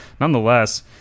nonetheless